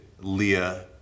Leah